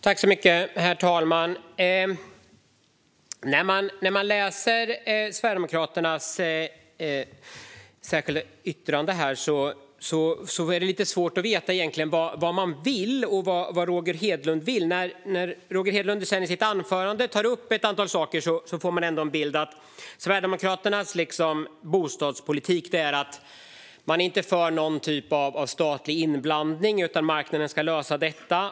Herr talman! När man läser Sverigedemokraternas särskilda yttrande är det svårt att förstå vad de egentligen vill. Men i sitt anförande tar Roger Hedlund upp ett antal saker som ger bilden av att Sverigedemokraternas bostadspolitik handlar om att man inte är för någon typ av statlig inblandning, utan man vill att marknaden ska lösa det hela.